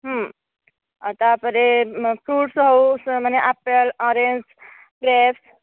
ଆଉ ତା'ପରେ ଫ୍ରୁଟ୍ସ୍ ହେଉ ମାନେ ଆପଲ୍ ଅରେଞ୍ଜ୍ ଗ୍ରେପ୍ସ୍